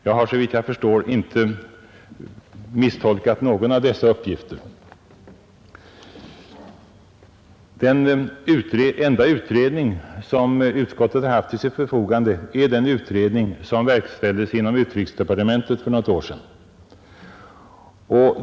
Jag har såvitt jag förstår inte misstolkat någon av dessa uppgifter. Den enda utredning som utskottet har haft till sitt förfogande är den utredning som verkställdes inom utrikesdepartementet för något år sedan.